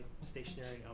stationary